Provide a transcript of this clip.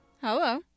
Hello